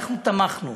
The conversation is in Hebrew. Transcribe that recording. אנחנו תמכנו.